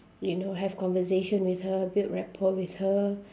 you know have conversation with her build rapport with her